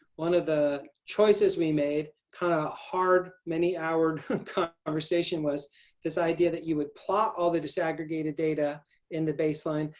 one of the choices we made kind of hard many houred conversation was this idea that you would plot all the disaggregated data in the baseline,